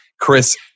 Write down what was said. Chris